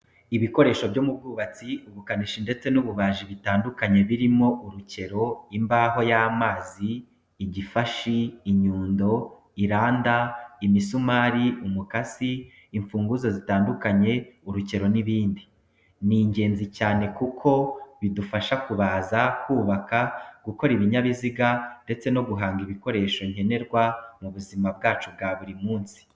Ibikoresho byo mu bwubatsi, ubukanishi ndetse n'iby'ububaji bitandukanye birimo urukero, imbaho y'amazi, igifashi, inyundo, iranda, imisumari, umukasi, imfunguzo zitandukanye, urukero n'ibindi. Ni ingenzi cyane kuko bidufasha kubaza, kubaka, gukora ibinyabiziga ndetse no guhanga ibikoresho nkenerwa mu buzima bwacu buri munsi.